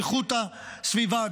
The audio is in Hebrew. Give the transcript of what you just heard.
באיכות הסביבה,